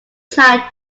tried